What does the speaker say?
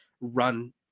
run